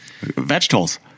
Vegetables